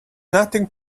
nothing